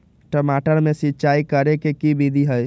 टमाटर में सिचाई करे के की विधि हई?